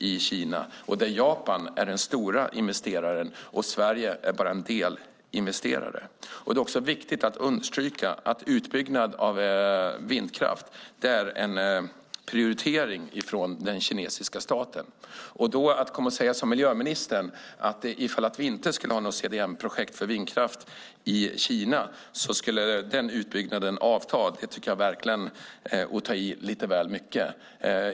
Japan är alltså den stora investeraren. Sverige är bara en delinvesterare. Det också viktigt att understryka att utbyggnaden av vindkraft är en prioritering för den kinesiska staten. Att då som miljöministern säga att ifall vi inte hade några CDM-projekt för vindkraft i Kina skulle utbyggnaden av vindkraften avta. Det tycker jag är att ta i lite väl mycket.